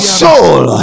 soul